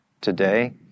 today